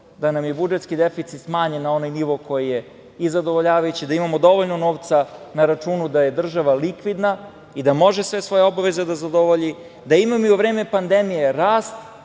da nam je budžetski deficit smanjen na onaj nivo koji je i zadovoljavajući, da imamo dovoljno novca na računu, da je država likvidna i da može sve svoje obaveze da zadovolji, da imamo i u vreme pandemije rast